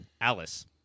Alice